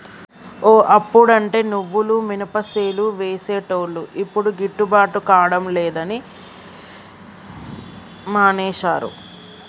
ఓ అప్పుడంటే నువ్వులు మినపసేలు వేసేటోళ్లు యిప్పుడు గిట్టుబాటు కాడం లేదని మానేశారు